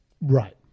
Right